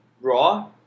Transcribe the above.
Raw